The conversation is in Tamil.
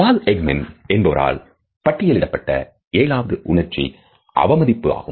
Paul Ekman என்பவரால் பட்டியலிடப்பட்ட ஏழாவது உணர்ச்சி அவமதிப்பு ஆகும்